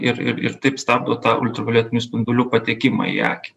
ir ir ir taip stabdo tą ultravioletinių spindulių patekimą į akį